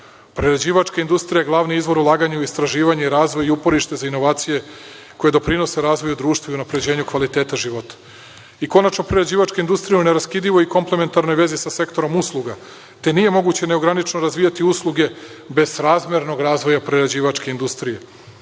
Prerađivačka industrija je glavni izvor ulaganja u istraživanje i razvoj i uporište za inovacije koje doprinose razvoju društva i unapređenju kvaliteta života. I konačno, prerađivačka industrija je u neraskidivoj komplementarnoj vezi sa sektorom usluga, te nije moguće i neograničeno razvijati usluge bez srazmernog razvoja prerađivačke industrije.U